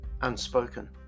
unspoken